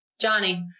Johnny